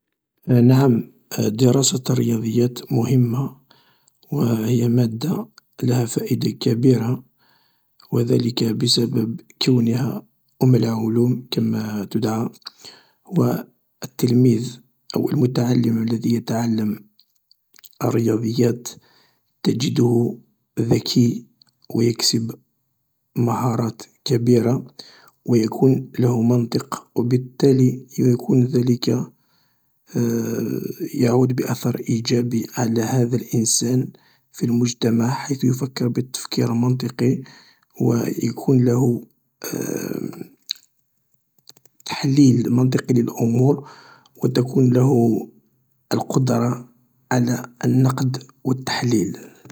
نعم دراسة الرياضيات مهمة و هي مادة لها فائدة كبيرة و ذلك بسبب كونها أم العلوم كما تدعى، و التلميذ أو المتعلم الذي يتعلم الرياضيات تجده ذكي و يكسب مهارات كبيرة و يكون له منطق و بالتالي يكون ذلك يعود بأثر ايجابي على هذا الإنسان في المجتمع حيث يفكر بتفكير منطقي و يكون له تحليل منطقي للأمور و تكون له القدرة على النقد و التحليل.